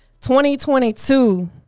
2022